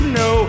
no